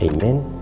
Amen